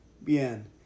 bien